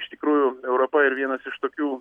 iš tikrųjų europa yra vienas iš tokių